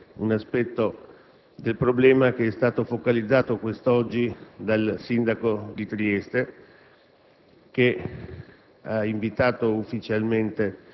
per sottolineare un aspetto del problema che è stato focalizzato quest'oggi dal sindaco di Trieste,